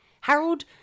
Harold